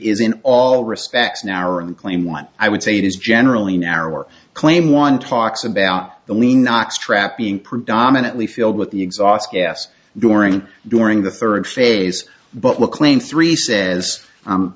in all respects narron clean one i would say it is generally narrower claim one talks about the lean not strap being predominately filled with the exhaust gas during during the third phase but what claim three says